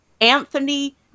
Anthony